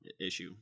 issue